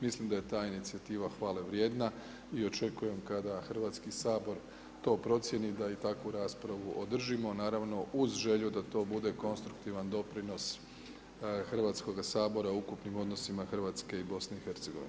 Mislim da je ta inicijativa hvale vrijedna i očekujem kada Hrvatski sabor to procjeni da i takvu raspravu održimo naravno uz želju da to bude konstruktivan doprinos Hrvatskoga sabora o ukupnim odnosima Hrvatske i BiH.